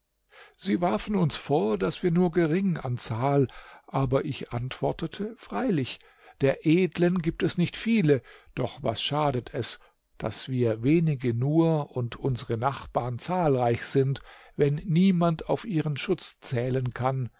sie warfen uns vor daß wir nur gering an zahl aber ich antwortete freilich der edlen gibt es nicht viele doch was schadet es daß wir wenige nur und unsere nachbarn zahlreich sind wenn niemand auf ihren schutz zählen kann